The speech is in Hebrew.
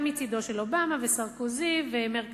מצדם של אובמה וסרקוזי ואנגלה מרקל,